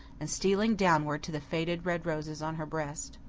and stealing downward to the faded red roses on her breast.